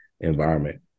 environment